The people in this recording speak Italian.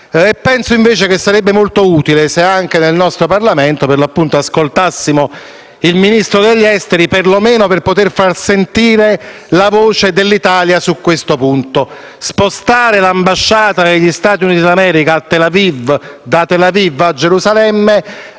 penso che sarebbe molto utile che nel nostro Parlamento ascoltassimo il Ministro degli affari esteri, per lo meno per far sentire la voce dell'Italia sul punto. Spostare l'ambasciata degli Stati Uniti d'America in Israele da Tel Aviv a Gerusalemme